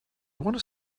want